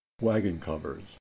wagon-covers